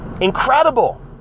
Incredible